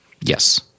Yes